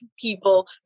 people